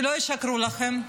שלא ישקרו לכם,